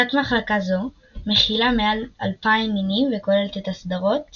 תת-מחלקה זו מכילה מעל 2,000 מינים וכוללת את הסדרות